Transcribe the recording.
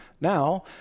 now